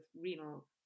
renal